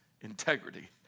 integrity